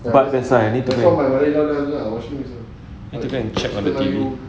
but that's why I need to go need to go and check on the T_V